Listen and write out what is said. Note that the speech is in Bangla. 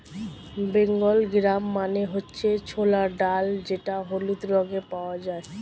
বেঙ্গল গ্রাম মানে হচ্ছে ছোলার ডাল যেটা হলুদ রঙে পাওয়া যায়